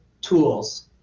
tools